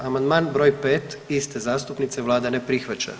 Amandman br. 5. iste zastupnice vlada ne prihvaća.